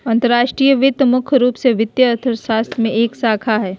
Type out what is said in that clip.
अंतर्राष्ट्रीय वित्त मुख्य रूप से वित्तीय अर्थशास्त्र के एक शाखा हय